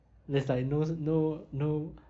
there's like no no no